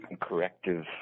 corrective